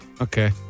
Okay